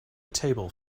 table